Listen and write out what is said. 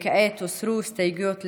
כעת אנחנו עוברים להסתייגות מס'